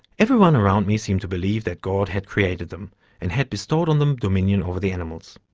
everyone around me seemed to believe that god had created them and had bestowed on them dominion over the animals.